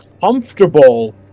comfortable